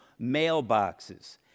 mailboxes